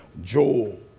Joel